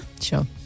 Sure